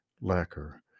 lacquer